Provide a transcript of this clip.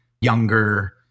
younger